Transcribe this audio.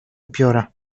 upiora